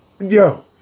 Yo